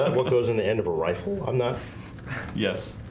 and what goes in the end of a rifle, i'm not yes